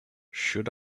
should